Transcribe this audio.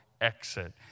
exit